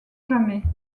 jamais